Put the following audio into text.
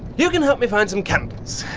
you can help me find some candles!